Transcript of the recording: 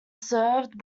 served